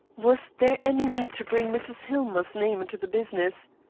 was there any need to bring mrs. hillmer's name into the business?